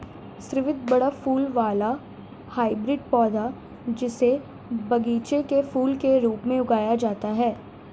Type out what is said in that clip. स्रीवत बड़ा फूल वाला हाइब्रिड पौधा, जिसे बगीचे के फूल के रूप में उगाया जाता है